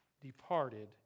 departed